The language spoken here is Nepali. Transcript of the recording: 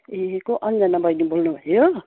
ए को अन्जना बहिनी बोल्नु भयो